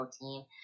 protein